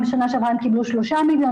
אם בשנה שעברה הם קיבלו 3 מיליון,